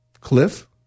Cliff